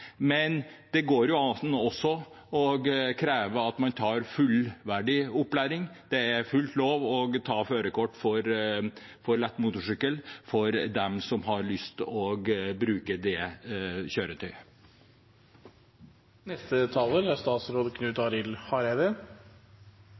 men det går an også å kreve at man tar fullverdig opplæring. Det er fullt lov å ta førerkort for lett motorsykkel for dem som har lyst til å bruke det